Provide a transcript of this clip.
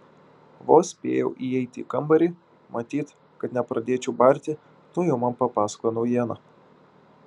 vos spėjau įeiti į kambarį matyt kad nepradėčiau barti tuojau man papasakojo naujieną